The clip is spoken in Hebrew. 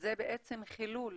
וזה חילול